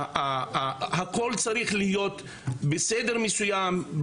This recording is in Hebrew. הכול צריך להיות בסדר מסוים,